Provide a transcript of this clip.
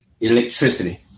electricity